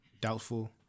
doubtful